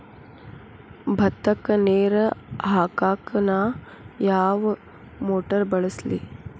ಭತ್ತಕ್ಕ ನೇರ ಹಾಕಾಕ್ ನಾ ಯಾವ್ ಮೋಟರ್ ಬಳಸ್ಲಿ?